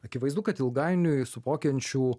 akivaizdu kad ilgainiui suvokiančių